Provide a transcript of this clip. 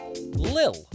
Lil